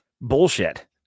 bullshit